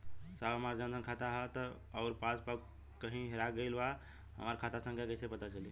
साहब हमार जन धन मे खाता ह अउर पास बुक कहीं हेरा गईल बा हमार खाता संख्या कईसे पता चली?